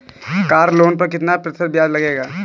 Car loan पर कितना प्रतिशत ब्याज लगेगा?